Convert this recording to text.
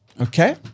okay